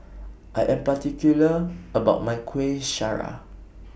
I Am particular about My Kueh Syara